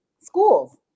schools